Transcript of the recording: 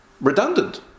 redundant